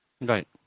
right